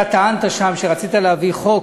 אתה טענת שם שרצית להביא חוק,